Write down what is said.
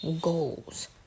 goals